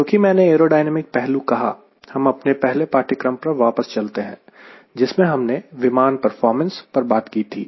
क्योंकि मैंने एयरोडायनेमिक पहलू कहा हम अपने पहले पाठ्यक्रम पर वापस चलते हैं जिसमें हमने विमान परफॉर्मेंस पर बात की थी